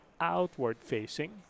outward-facing